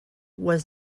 was